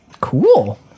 Cool